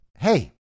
hey